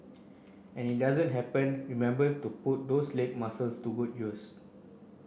and it doesn't happen remember to put those leg muscles to good use